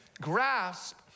grasp